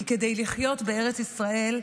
כי כדי לחיות בארץ ישראל,